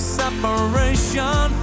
separation